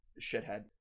shithead